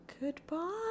Goodbye